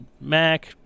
Mac